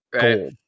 gold